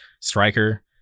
Striker